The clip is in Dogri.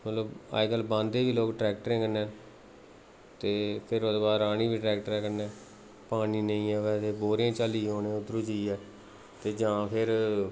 मतलब अज्जकल बाह्ंदे बी लोक ट्रैकटरां कन्नै ते फिर ओह्दे बाद राह्न्नी बी ट्रैक्टरां कन्नै पानी नेईं आवै ते बौह्रें चा लेई औना उद्धरां जाइयै ते जां फिर